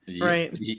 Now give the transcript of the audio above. Right